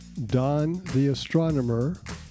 dontheastronomer